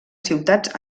ciutats